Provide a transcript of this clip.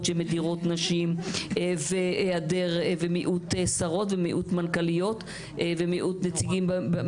שמדירות נשים ומיעוט שרות ומיעוט מנכ"ליות ומיעוט נציגים,